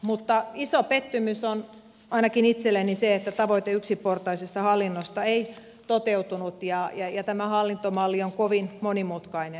mutta iso pettymys on ainakin itselleni se että tavoite yksiportaisesta hallinnosta ei toteutunut ja tämä hallintomalli on kovin monimutkainen